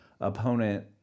opponent